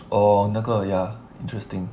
哦那个 ya interesting